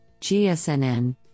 GSNN